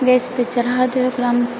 gas पे चढ़ाके ओकरामे